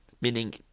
Meaning